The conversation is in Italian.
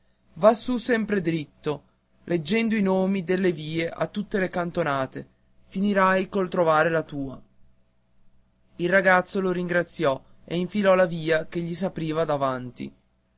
va su sempre diritto leggendo i nomi delle vie a tutte le cantonate finirai con trovare la tua il ragazzo lo ringraziò e infilò la via che gli s'apriva davanti